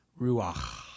ruach